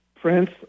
Prince